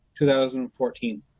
2014